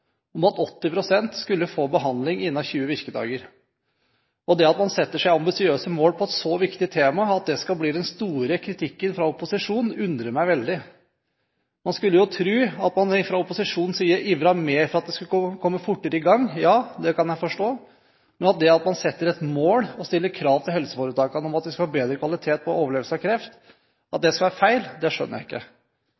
om at 80 pst. skulle få behandling innen 20 virkedager. At det skal føre til den store kritikken fra opposisjonen at man setter seg ambisiøse mål innenfor et så viktig tema, undrer meg veldig. Man skulle jo tro at man fra opposisjonens side ivret mer for at det skulle komme fortere i gang. Det kunne jeg forstå, men at det skal være feil at man setter seg et mål og stiller krav til helseforetakene om at de skal ha bedre kvalitet på overlevelse av kreft,